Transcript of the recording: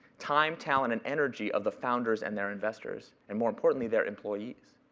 time, talent, and energy of the founders and their investors? and more importantly, their employees.